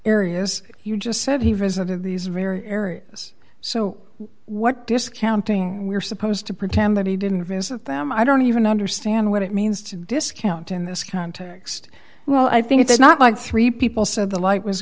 areas you just said he visited these rare areas so what discounting we're supposed to pretend that he didn't visit them i don't even understand what it means to discount in this context well i think it's not like three people said the light was